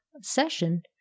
session